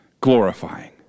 glorifying